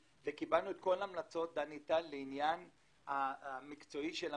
קיבלנו את כל המלצות דני טל לעניין המקצועי של המספרים.